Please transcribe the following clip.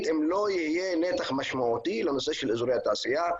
אם לא יהיה נתח משמעותי לנושא של אזורי התעשייה.